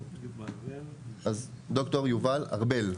אז ד"ר יובל ארבל.